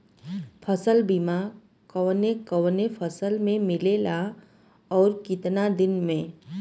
फ़सल बीमा कवने कवने फसल में मिलेला अउर कितना दिन में?